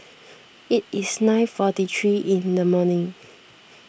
it is nine forty three in the morning